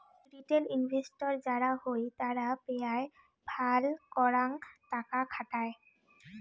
retail investor যারা হই তারা পেরায় ফাল করাং টাকা খাটায়